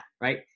right